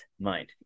mind